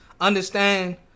understand